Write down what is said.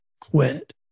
quit